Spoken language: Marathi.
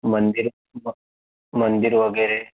मंदिर ब मंदिर वगैरे